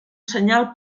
senyal